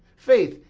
faith,